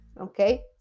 Okay